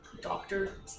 doctor